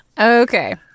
Okay